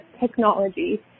technology